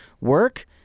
Work